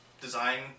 design